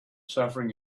suffering